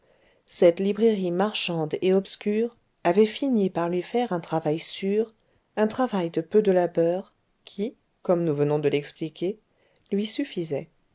cette librairie marchande et obscure avait fini par lui faire un travail sûr un travail de peu de labeur qui comme nous venons de l'expliquer lui suffisait